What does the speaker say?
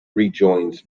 rejoins